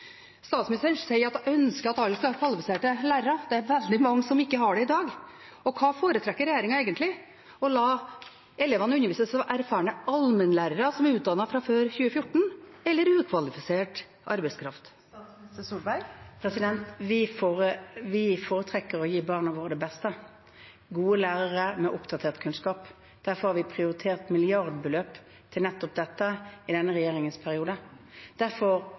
Statsministeren sier at hun ønsker at alle skal ha kvalifiserte lærere. Det er veldig mange som ikke har det i dag. Hva foretrekker regjeringen egentlig – å la elevene undervises av erfarne allmennlærere som er utdannet før 2014, eller ukvalifisert arbeidskraft? Vi foretrekker å gi barna våre det beste: gode lærere med oppdatert kunnskap. Derfor har vi prioritert milliardbeløp til nettopp dette i denne regjeringens periode. Derfor